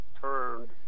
turned